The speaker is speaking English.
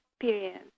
experience